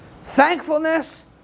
thankfulness